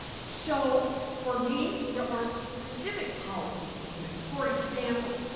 so for me there are specific policies in here. for example,